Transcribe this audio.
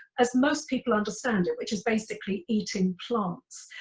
as most people understand it, which is basically eating plants.